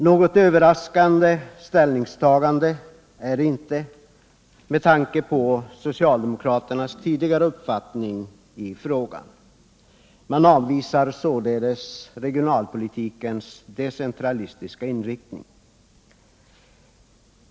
Något överraskande ställningstagande är det inte, med tanke på socialdemokraternas tidigare uppfattning i frågan. Man avvisar således regionalpolitikens decentralistiska inriktning.